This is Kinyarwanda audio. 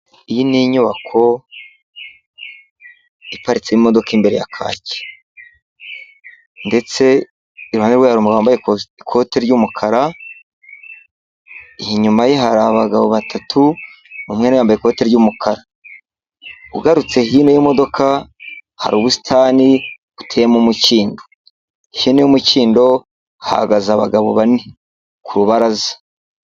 Iyi ni inyubako iparitse ya kaki, ikoti ry'umukara inyuma ye hari abagabo batatu, umwe yambaye ikoti'umukara ugarutse hihino y'imodoka, hari ubusitani buteye mu umukindo ihene'umukindo haze abagabo bane ku rubaraza.